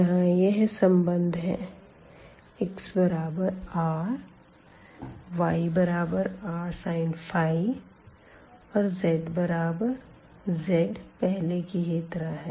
यहाँ यह संबंध है xr yrsin और zz पहले की ही तरह है